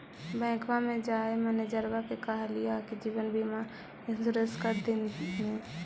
बैंकवा मे जाके मैनेजरवा के कहलिऐ कि जिवनबिमा इंश्योरेंस कर दिन ने?